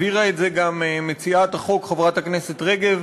הבהירה את זה גם מציעת החוק, חברת הכנסת רגב,